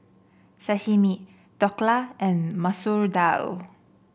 Sashimi Dhokla and Masoor Dal